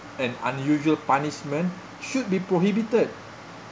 and unusual punishment should be prohibited